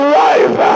life